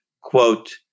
quote